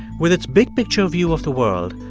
with its big-picture view of the world,